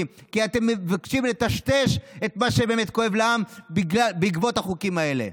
כי אתם מבקשים לטשטש את מה שבאמת כואב לעם בעקבות החוקים האלה.